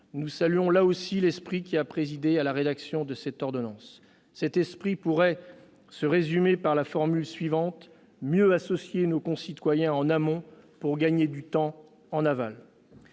nous saluons, là aussi, l'esprit qui a présidé à sa rédaction. Cet esprit pourrait se résumer par la formule suivante : mieux associer nos concitoyens en amont pour gagner du temps en aval.